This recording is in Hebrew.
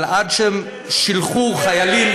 אבל עד שהם שילחו חיילים,